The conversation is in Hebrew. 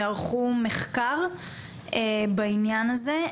שערכו מחקר בעניין הזה.